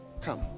come